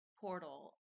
portal